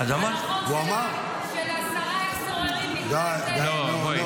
על החוק של עשרה --- הוא אמר.